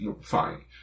fine